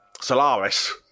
Solaris